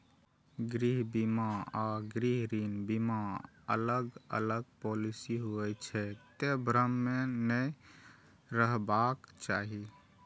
गृह बीमा आ गृह ऋण बीमा अलग अलग पॉलिसी होइ छै, तें भ्रम मे नै रहबाक चाही